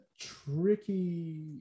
tricky